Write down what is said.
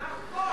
נכון.